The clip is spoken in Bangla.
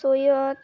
সৈয়দ